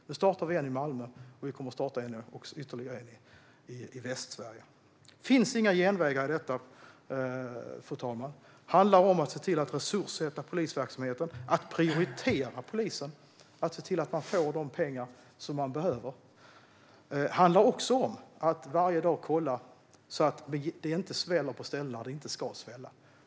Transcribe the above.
Nu startar vi en i Malmö och en i Västsverige. Fru talman! Det finns inga genvägar. Det handlar om att resurssätta polisverksamheten, att prioritera polisen så att polisen får de pengar man behöver. Det handlar också om att varje dag kolla att det inte sväller på ställen där det inte ska svälla.